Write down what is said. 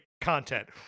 content